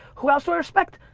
who else do i respect?